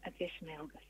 apie smilgas